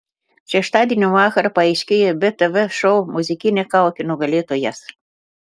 šeštadienio vakarą paaiškėjo btv šou muzikinė kaukė nugalėtojas